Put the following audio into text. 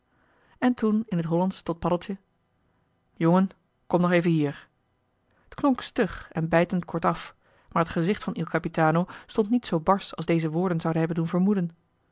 en toen in t hollandsch tot paddeltje jongen kom nog even hier t klonk stug en bijtend kortaf maar t gezicht van il capitano stond niet zoo barsch als deze woorden zouden hebben doen vermoeden